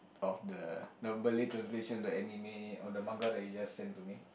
of the Malay translation the anime or manga that you just send to me